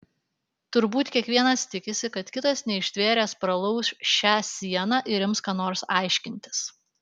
turbūt kiekvienas tikisi kad kitas neištvėręs pralauš šią sieną ir ims ką nors aiškintis